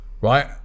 Right